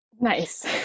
nice